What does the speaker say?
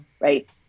right